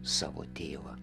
savo tėvą